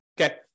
Okay